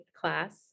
class